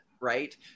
right